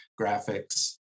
graphics